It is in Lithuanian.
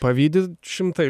pavydi šimtai